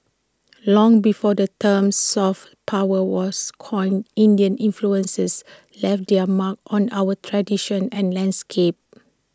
long before the term 'soft power' was coined Indian influences left their mark on our traditions and landscape